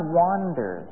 wander